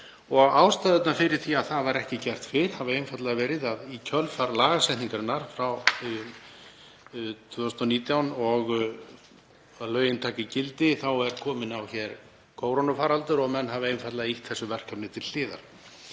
að ástæðurnar fyrir því að það hafi ekki verið gert fyrr hafi einfaldlega verið að í kjölfar lagasetningarinnar frá 2019, en lögin taka gildi þá, er komin hér kórónuveirufaraldur og menn hafi einfaldlega ýtt þessu verkefni til hliðar.